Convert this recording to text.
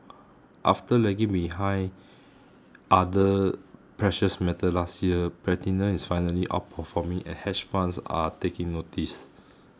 after lagging behind other precious metals last year platinum is finally outperforming and hedge funds are taking notice